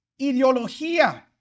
ideología